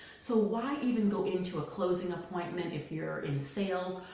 so why even go into a closing appointment if you're in sales,